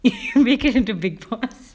if you make it into big boss